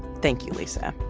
thank you, lisa.